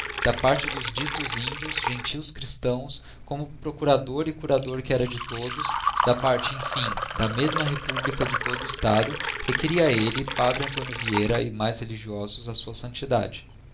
google te dos dictos índios gentios christãos como procurador e curador que era de todos da parte emfim da mesma republica e de todo o estado requeria elle p antónio vieira e mais religiosos a